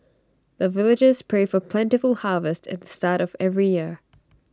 the villagers pray for plentiful harvest at the start of every year